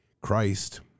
Christ